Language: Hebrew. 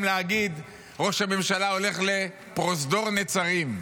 להגיד: ראש הממשלה הולך לפרוזדור נצרים.